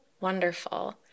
wonderful